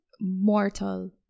mortal